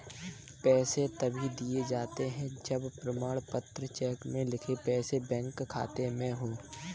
पैसे तभी दिए जाते है जब प्रमाणित चेक में लिखे पैसे बैंक खाते में हो